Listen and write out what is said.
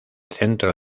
centro